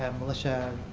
and militia,